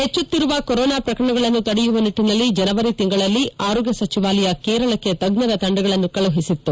ಹೆಚ್ಚುತ್ತಿರುವ ಕೊರೊನಾ ಪ್ರಕರಣಗಳನ್ನು ತಡೆಯುವ ನಿಟ್ಟನಲ್ಲಿ ಜನವರಿ ತಿಂಗಳಲ್ಲಿ ಆರೋಗ್ಯ ಸಚಿವಾಲಯ ಕೇರಳಕ್ಕೆ ತಜ್ಜರ ತಂಡಗಳನ್ನು ಕಳುಹಿಸಿತ್ತು